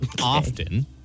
often